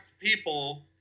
people